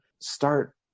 start